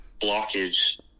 blockage